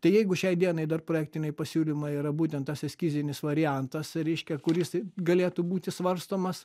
tai jeigu šiai dienai dar projektiniai pasiūlymai yra būtent tas eskizinis variantas reiškia kuris galėtų būti svarstomas